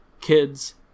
kids